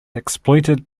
exploited